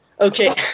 Okay